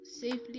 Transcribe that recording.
safely